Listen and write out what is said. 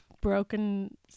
broken